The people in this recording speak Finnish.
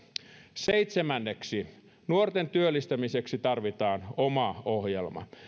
seitsemänneksi nuorten työllistämiseksi tarvitaan oma ohjelma